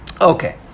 Okay